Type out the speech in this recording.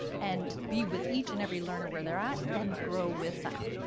and be with each and every learner where they're at and grow with them.